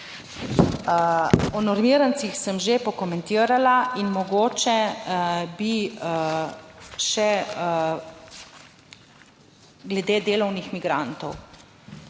O normirancih sem že pokomentirala in mogoče bi še glede delovnih migrantov.